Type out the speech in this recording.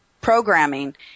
programming